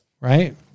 right